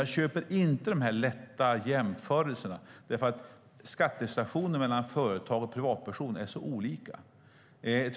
Men jag köper inte dessa lätta jämförelser. Skattesituationen för företag och privatpersoner är så olika.